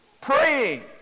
praying